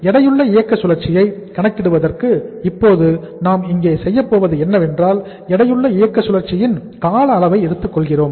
எடையுள்ள இயக்க சுழற்சியை கணக்கிடுவதற்கு இப்போது நாம் இங்கே செய்யப்போவது என்னவென்றால் எடையுள்ள இயக்க சுழற்சியின் கால அளவை கணக்கிடுகிறோம்